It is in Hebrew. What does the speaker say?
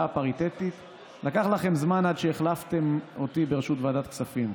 הפריטטית ולקח לכם זמן עד שהחלפתם אותי בראשות ועדת הכספים,